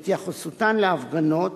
בהתייחסותן להפגנות,